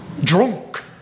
drunk